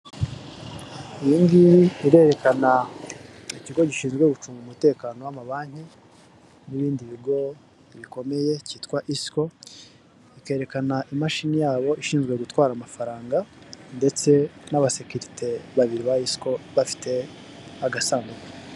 Iyingiyi irerekana ikigo gishinzwe gucunga umutekano w'amabanki n'ibindi bigo bikomeye cyitwa isiko, ikerekana imashini yabo ishinzwe gutwara amafaranga ndetse n'abasekirite babiri ba isiko bafite agasandu.